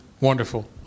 Wonderful